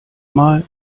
mal